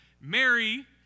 Mary